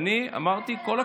ואני אמרתי: כל הכבוד.